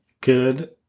good